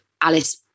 Alice